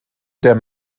der